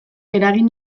eragin